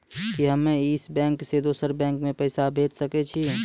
कि हम्मे इस बैंक सें दोसर बैंक मे पैसा भेज सकै छी?